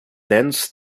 thence